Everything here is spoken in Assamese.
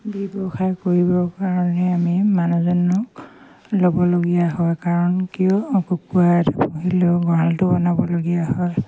ব্যৱসায় কৰিবৰ কাৰণে আমি ল'বলগীয়া হয় কাৰণ কিয় কুকুৰা এটা পুহিলেও গঁৰালটো বনাবলগীয়া হয়